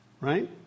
right